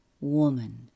woman